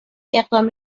اقدام